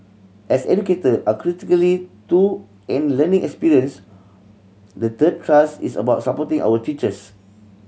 as educator are critically to any learning experience the third thrust is about supporting our teachers